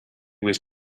was